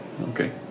okay